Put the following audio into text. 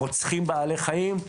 רוצחים בעלי החיים,